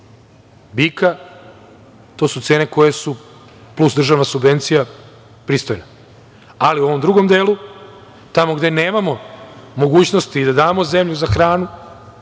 bika. To su cene koje su, plus državna subvencija, pristojne. U ovom drugom delu, tamo gde nemamo mogućnosti da damo zemlju za hranu…